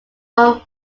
one